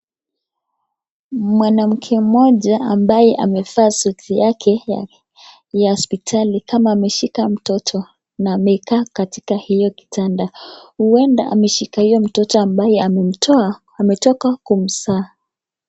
Mwanamke mmoja ambaye amevaa suti yake ya hospitali kama maeshika mtoto na amekaa katika hiyo kitanda. Huenda ameshika huyo mtoto ambaye amemtoa ametoka kumzaa.